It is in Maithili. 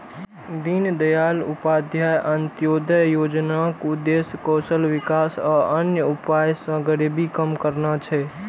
दीनदयाल उपाध्याय अंत्योदय योजनाक उद्देश्य कौशल विकास आ अन्य उपाय सं गरीबी कम करना छै